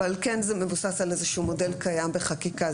אבל כן זה מבוסס על איזשהו מודל קיים בחקיקה.